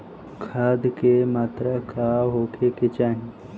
खाध के मात्रा का होखे के चाही?